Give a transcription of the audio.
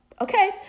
Okay